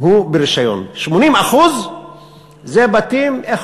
הוא ברישיון, 80% הם בתים לא